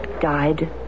Died